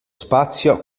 spazio